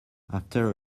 after